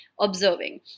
observing